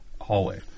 hallway